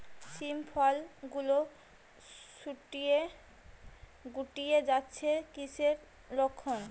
শিম ফল গুলো গুটিয়ে যাচ্ছে কিসের লক্ষন?